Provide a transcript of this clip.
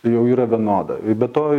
tai jau yra vienoda be to